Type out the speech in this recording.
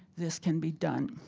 this can be done.